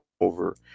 over